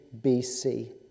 BC